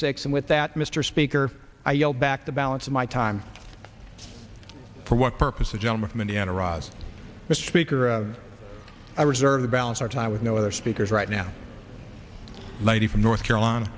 six and with that mr speaker i yield back the balance of my time for what purpose the gentleman from indiana ross mr speaker i reserve the balance our time with no other speakers right now lady from north carolina